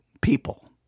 people